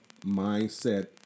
mindset